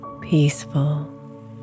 peaceful